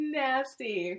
nasty